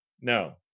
No